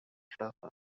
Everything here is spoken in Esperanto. frapas